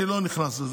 אני לא נכנס לזה,